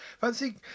Fancy